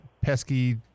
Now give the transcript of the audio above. pesky